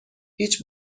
هیچ